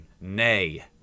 Nay